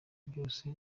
byose